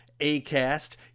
Acast